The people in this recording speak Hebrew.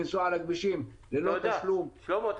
מותר להם לנסוע על הכביש ללא תשלום --- שלמה,